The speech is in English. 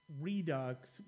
Redux